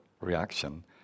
reaction